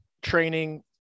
training